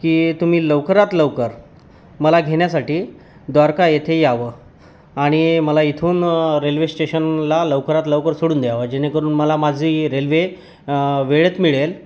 की तुम्ही लवकरात लवकर मला घेण्यासाठी द्वारका येथे यावं आणि मला इथून रेल्वे स्टेशनला लवकरात लवकर सोडून द्यावं जेणेकरून मला माझी रेल्वे वेळेत मिळेल